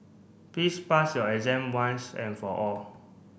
please pass your exam once and for all